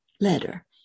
letter